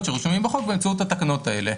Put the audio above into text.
שרשומים בחוק באמצעות התקנות האלה.